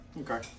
Okay